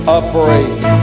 afraid